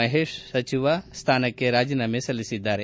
ಮಹೇತ್ ಸಚಿವ ಸ್ಥಾನಕ್ಕೆ ರಾಜೀನಾಮೆ ಸಲ್ಲಿಸಿದ್ದಾರೆ